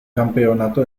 campeonato